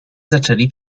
zaczęli